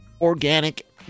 organic